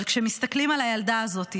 אבל כשמסתכלים על הילדה הזאת,